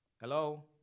Hello